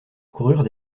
coururent